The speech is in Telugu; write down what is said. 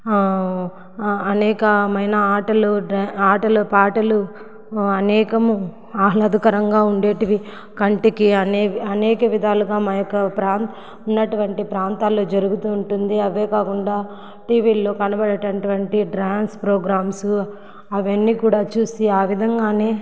అనేకమైన ఆటలు ఆటలు పాటలు అనేకము ఆహ్లాదకరంగా ఉండేటివి కంటికి అనే అనేక విధాలుగా మా యొక్క ప్రాం ఉన్నటువంటి ప్రాంతాల్లో జరుగుతూ ఉంటుంది అవే కాకుండా టీవీల్లో కనబడేటటువంటి డ్రాన్సు ప్రోగ్రామ్సు అవన్నీ కూడా చూసి ఆ విధంగానే